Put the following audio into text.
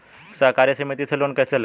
सहकारी समिति से लोन कैसे लें?